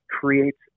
creates